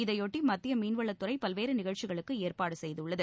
இதையொட்டி மத்திய மீன்வளத்துறை பல்வேறு நிகழ்ச்சிகளுக்கு ஏற்பாடு செய்துள்ளது